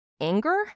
Anger